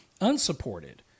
Unsupported